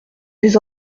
des